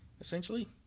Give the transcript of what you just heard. essentially